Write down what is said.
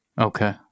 Okay